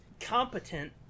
competent